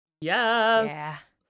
Yes